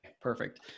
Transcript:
perfect